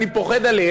אתם,